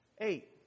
Eight